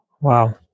Wow